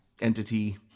entity